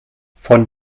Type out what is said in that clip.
von